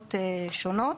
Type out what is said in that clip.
חלופות שונות,